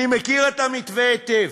אני מכיר את המתווה היטב.